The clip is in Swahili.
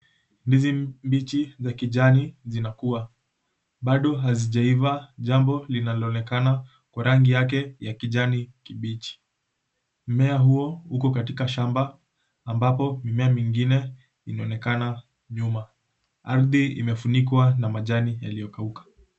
Ndizi mbichi za kijani zinakua, bado hazijaiva jambo linaloonekana kwa rangi yake ya kijani kibichi. Mmea huo uko katika shamba ambapo mimea mingine inaoneka nyuma. Ardhi imefunikwa na majani yaliokauka.